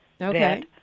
Okay